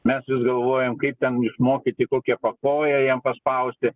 mes vis galvojam kaip ten išmokyti kokią pakoją jam paspausti